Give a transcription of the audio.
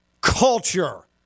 Culture